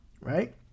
Right